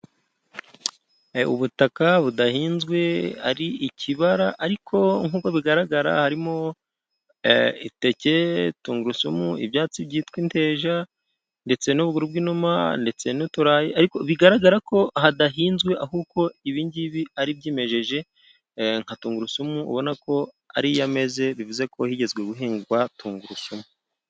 Ubutaka budahinzwe ari ikibara, ariko nk'uko bigaragara harimo iteke, tungurusumu, ibyatsi byitwa inteja, ndetse n'ubuguru bw'inuma, ndetse n'uturayi, ariko bigaragara ko hadahinzwe ahubwo ibi ngibi ari ibyimejeje, nka tungurusumu ubona ko ari iy'ameze bivuze ko higeze guhingwa tungurusumu.